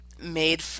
made